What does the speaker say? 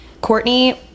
Courtney